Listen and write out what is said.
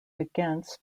against